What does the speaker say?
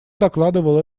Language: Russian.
докладывал